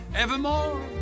evermore